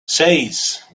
seis